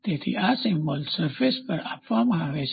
તેથી આ symbol surface પર આપવામાં આવે છે